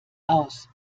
aus